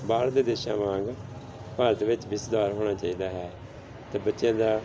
ਬਾਹਰ ਦੇ ਦੇਸ਼ਾਂ ਵਾਂਗ ਭਾਰਤ ਵਿੱਚ ਵੀ ਸੁਧਾਰ ਹੋਣਾ ਚਾਹੀਦਾ ਹੈ ਅਤੇ ਬੱਚਿਆਂ ਦਾ